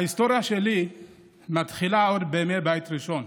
ההיסטוריה שלי מתחילה עוד בימי בית ראשון.